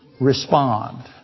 respond